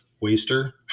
waster